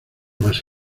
más